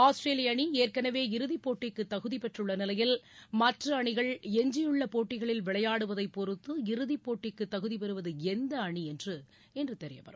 ஆஸ்திரேலிய அணி ஏற்கனவே இறுதிப்போட்டிக்கு தகுதி பெற்றுள்ள நிலையில் மற்ற அணிகள் எஞ்சியுள்ள போட்டிகளில் விளையாடுவதை பொறுத்து இறுதி போட்டிக்கு தகுதி பெறுவது எந்த அணி என்று தெரியவரும்